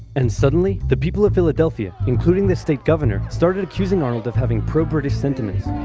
and suddenly the people of philadelphia, including the state governor, started accusing arnold of having pro-british sentiments.